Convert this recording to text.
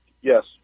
Yes